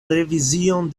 revizion